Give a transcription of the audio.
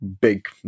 big